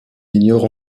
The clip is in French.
ignore